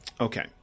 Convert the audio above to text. Okay